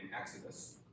Exodus